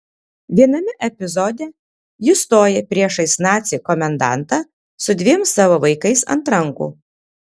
viename epizode ji stoja priešais nacį komendantą su dviem savo vaikais ant rankų